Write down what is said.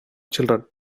children